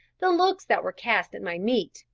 the looks that were cast at my meat,